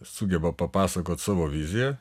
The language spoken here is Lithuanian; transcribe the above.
sugeba papasakot savo viziją